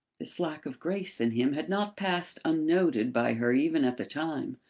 this lack of grace in him had not passed unnoted by her even at the time,